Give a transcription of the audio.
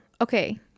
okay